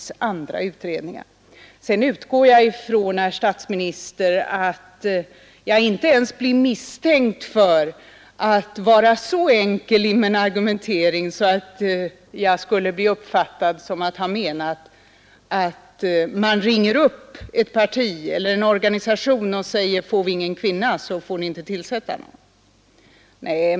Sedan utgår jag ifrån, herr statsminister, att jag inte ens blir misstänkt för att vara så enkel i min argumentering att det skulle uppfattas som om jag menade att man borde ringa upp ett parti eller en organisation och säga: Får vi ingen kvinna, så får ni inte vara med i utredningen!